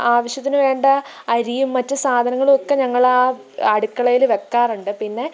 ആവശ്യത്തിന് വേണ്ട അരിയും മറ്റ് സാധനങ്ങളും ഒക്കെ ഞങ്ങളാ അടുക്കളയില് വെക്കാറുണ്ട് പിന്നെ